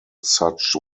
such